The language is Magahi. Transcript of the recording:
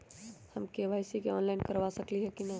हम के.वाई.सी ऑनलाइन करवा सकली ह कि न?